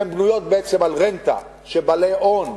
הן בנויות בעצם על רנטה שבעלי ההון,